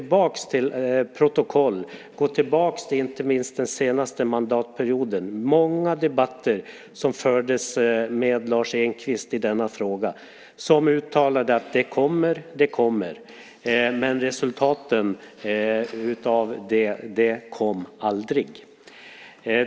Läs protokoll, gå tillbaka till den senaste mandatperioden. Det var många debatter som fördes med Lars Engqvist i denna fråga. Han uttalade hela tiden att förslag skulle komma, men något resultat kom aldrig.